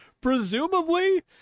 Presumably